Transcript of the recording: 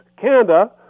Canada